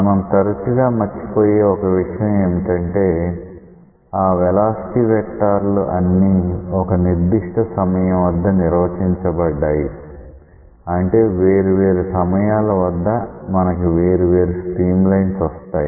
మనం తరచుగా మర్చిపోయే ఒక విషయం ఏమిటంటే ఆ వెలాసిటీ వెక్టార్ లు అన్ని ఒక నిర్దిష్ట సమయం వద్ద నిర్వచించబడ్డాయి అంటే వేరు వేరు సమయాల వద్ద మనకి వేరు వేరు స్ట్రీమ్ లైన్స్ వస్తాయి